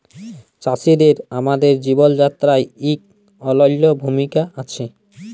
চাষীদের আমাদের জীবল যাত্রায় ইক অলল্য ভূমিকা আছে